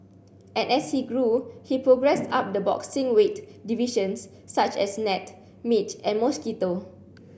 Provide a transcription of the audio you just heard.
and as he grew he progressed up the boxing weight divisions such as gnat midge and mosquito